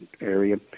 area